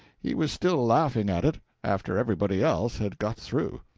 he was still laughing at it after everybody else had got through.